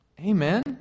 Amen